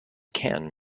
can